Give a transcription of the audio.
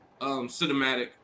cinematic